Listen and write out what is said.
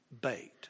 bait